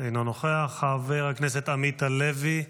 אינו נוכח, חבר הכנסת עמית הלוי,